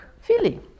feeling